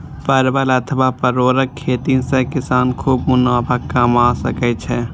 परवल अथवा परोरक खेती सं किसान खूब मुनाफा कमा सकै छै